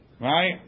right